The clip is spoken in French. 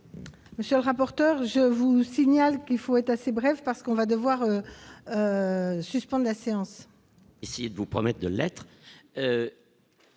Monsieur le rapporteur, je vous signale qu'il faut être assez brève parce qu'on va devoir suspendre la séance. Si vous promettent de l'être,